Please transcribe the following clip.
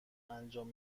انجام